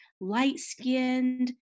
light-skinned